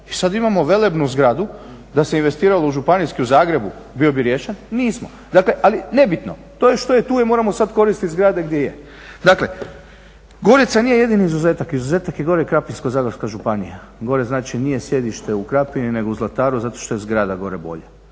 I sad imamo velebnu zgradu, da se investiralo u županijski u Zagrebu bio bi riješen. Nismo. Dakle, ali nebitno. To je što je tu je, moramo sad koristiti zgrade gdje jesu. Dakle, Gorica nije jedini izuzetak, izuzetak je gore Krapinsko-zagorska županija. Gore znači nije sjedište u Krapini nego u Zlataru zato što je zgrada gore bolja.